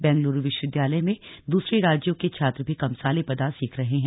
बेंगलुरू विश्वविद्यालय में दूसरे राज्यों के छात्र भी कमसाले पदा सीख रहे हैं